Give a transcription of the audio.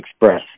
express